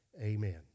Amen